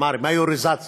אמר מיוריזציה,